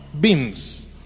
beans